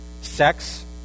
Sex